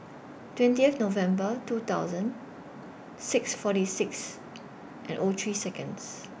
twentieth November two thousand six forty six and O three Seconds